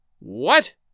What